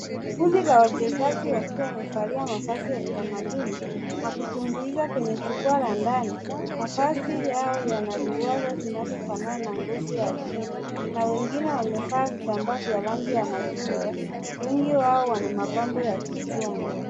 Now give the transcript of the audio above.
Kundi la wachezaji wakiwa wamevalia mavazi ya kitamaduni na kutumbuiza kwenye jukwaa la ndani. Mavazi yao yana ruwaza zinazofanana na ngozi ya chui na wengine wamevaa vitambaa vya rangi ya chungwa. Wengi wao wana mapambo ya kichwani.